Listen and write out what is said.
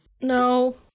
No